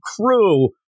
crew